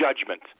judgment